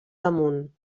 damunt